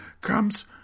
comes